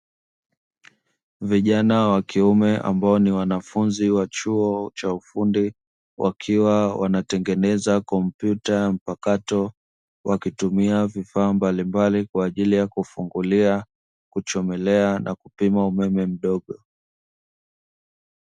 Vijana wa kiume ambao ni wnafunzi wa chuo cha ufundi wakiwa wanatengeneza kompyuta mpakato, wakitumia vifaa mbalimbali kwa ajili ya kufungulia, kuchomelea na kupima umeme mdogo.